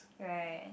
right